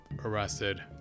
arrested